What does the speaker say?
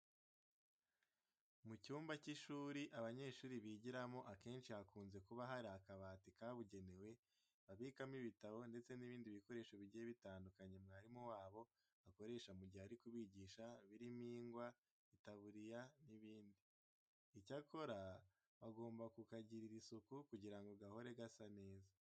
Mu cyumba cy'ishuri abanyeshuri bigiramo akenshi hakunze kuba hari akabati kabugenewe babikamo ibitabo ndetse n'ibindi bikoresho bigiye bitandukanye mwarimu wabo akoresha mu gihe ari kubigisha birimo ingwa, itaburiya n'ibindi. Icyakora baba bagombwa kukagirira isuku kugira ngo gahore gasa neza.